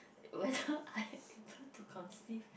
whether I able to conceive